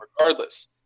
regardless